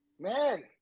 Man